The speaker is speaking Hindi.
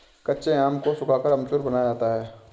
कच्चे आम को सुखाकर अमचूर बनाया जाता है